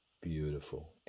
Beautiful